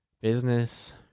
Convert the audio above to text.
business